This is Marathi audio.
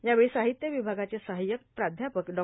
यावेळी साहित्य विभागाचे सहायक प्राध्यापक डॉ